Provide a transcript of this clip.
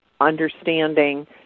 understanding